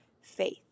faith